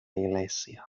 iglesia